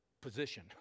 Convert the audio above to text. position